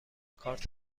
کارت